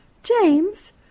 James